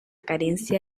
carencia